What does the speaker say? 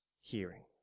hearing